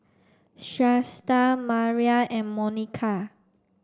Shasta Maria and Monica